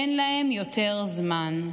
אין להם יותר זמן.